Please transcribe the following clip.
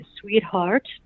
sweetheart